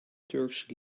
turkse